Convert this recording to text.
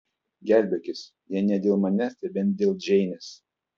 gelbėkis jei ne dėl manęs tai bent dėl džeinės